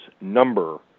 number